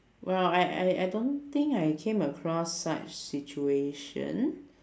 well I I I don't think I came across such situation